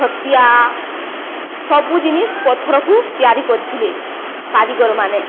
ହତ୍ୟା ସବୁ ଜିନିଷ୍ ପଥରକୁ ତିଆରି କରିଥିଲେ କାରିଗର ମାନେ